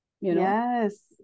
Yes